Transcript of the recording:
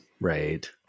right